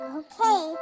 okay